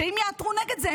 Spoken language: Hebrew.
שאם יעתרו נגד זה,